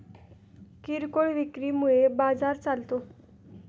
किरकोळ विक्री मुळे बाजार चालतो